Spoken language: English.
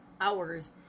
hours